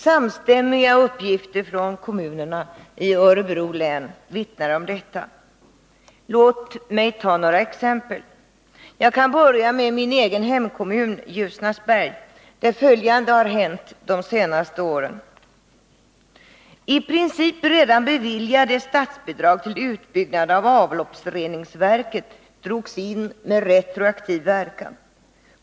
Samstämmiga uppgifter från kommunerna i Örebro län vittnar om detta. Låt mig ta några exempel. Jag kan börja med min egen hemkommun, Ljusnarsberg, där följande har hänt de senaste åren: I princip redan beviljade statsbidrag till utbyggnad av avloppsreningsverket drogs in med retroaktiv verkan.